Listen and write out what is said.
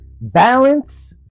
Balance